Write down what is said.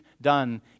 done